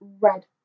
red